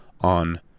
on